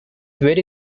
very